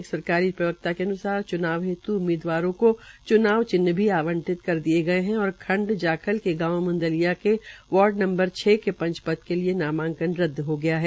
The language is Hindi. एक सरकारी प्रवक्ता के अन्सार च्नाव हेत् उम्मीदवारों को च्नाव चिन्ह भी आंवटित कर दिये गये है और खंड जाखल के गांव मुंदलिया के वाई नंबर छ के पांच पद के लिए नामांकन रद्द हो गया है